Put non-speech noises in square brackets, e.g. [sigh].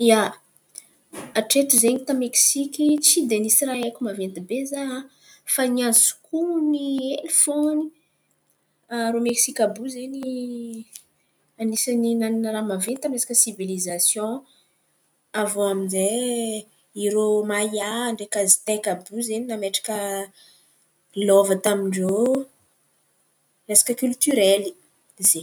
Ia hatreto izen̈y ta Meksiky tsy de misy raha aiko maventy be za, fa ny azoko honon̈o hely fo irô Meksika àby iô ze àby iô zezn̈y [hesitation] anisan̈y nanana raha maventy aminy resaka sivilizasiôn avô amizay irô mahia, ndraiky azo Aziatika àby iô zen̈y nan̈apetraka lôva tamin-drô resaka ekônômy.